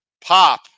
Pop